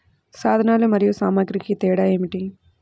సాధనాలు మరియు సామాగ్రికి తేడా ఏమిటి?